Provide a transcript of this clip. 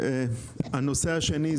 הנושא השני,